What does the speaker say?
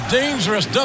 dangerous